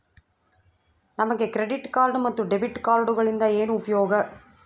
ನಮಗೆ credit card ಮತ್ತು debit ಕಾರ್ಡುಗಳಿಂದ ಏನು ಉಪಯೋಗ?